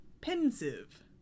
Pensive